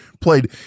played